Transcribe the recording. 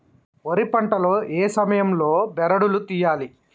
వరి పంట లో ఏ సమయం లో బెరడు లు తియ్యాలి?